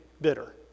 bitter